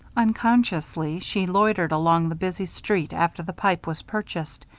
unconsciously, she loitered along the busy street after the pipe was purchased,